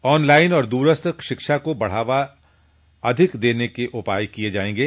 online और दूरस्थ शिक्षा को अधिक बढ़ावा देने के उपाय किए जाएंगे